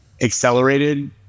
accelerated